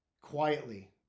quietly